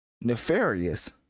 nefarious